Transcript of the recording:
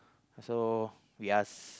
so we ask